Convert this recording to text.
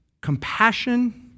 compassion